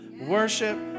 worship